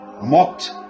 mocked